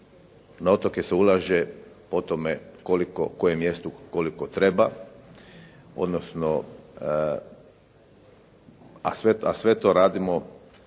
Na otoke se ulaže po tome koliko kojem mjestu koliko treba, odnosno a sve to radimo